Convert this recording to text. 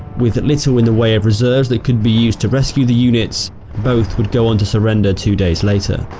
with little in the way of reserves that could be used to rescue the units both would go on to surrender two days later.